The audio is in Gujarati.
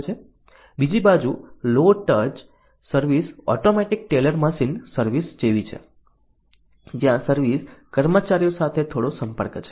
બીજી બાજુ low touch service automatic teller machine service જેવી છે જ્યાં સર્વિસ કર્મચારીઓ સાથે થોડો સંપર્ક છે